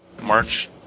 March